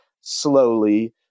slowly